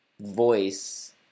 voice